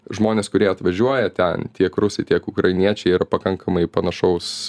žmonės kurie atvažiuoja ten tiek rusai tiek ukrainiečiai yra pakankamai panašaus